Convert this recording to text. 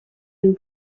and